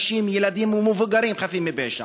נשים ומבוגרים חפים מפשע.